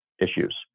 issues